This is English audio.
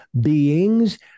beings